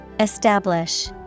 Establish